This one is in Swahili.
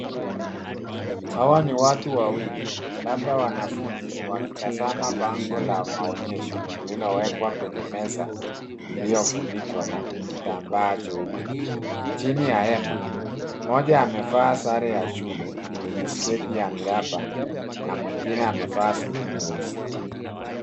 Hawa ni watu wawili, labda wanafunzi, wakitazama bango la maonyesho lililowekwa kwenye meza iliyofunikwa na kitambaa cheupe. Chini ya hema, mmoja amevaa sare ya shule yenye sketi ya miraba na mwingine amevaa suti nyeusi.